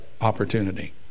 opportunity